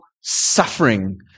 suffering